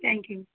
thank you